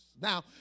Now